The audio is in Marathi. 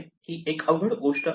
ही एक अवघड गोष्ट आहे